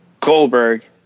Goldberg